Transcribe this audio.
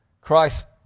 Christ